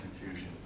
confusion